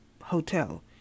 hotel